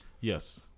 Yes